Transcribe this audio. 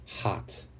Hot